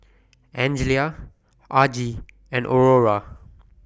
Angelia Argie and Aurora